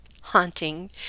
haunting